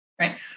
right